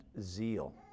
zeal